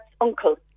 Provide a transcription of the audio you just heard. uncle